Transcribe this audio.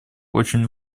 очень